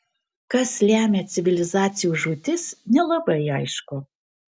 kas lemia civilizacijų žūtis nelabai aišku